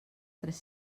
tres